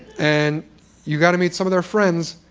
and you've got to meet some of their friends,